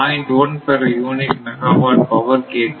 1 per unit megawatt power கேட்கிறது